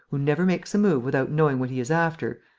who never makes a move without knowing what he is after,